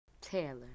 Taylor